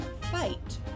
fight